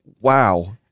wow